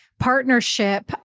Partnership